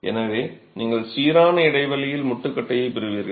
எனவே நீங்கள் சீரான இடைவெளியில் முட்டுக்கட்டையை பெறுவீர்கள்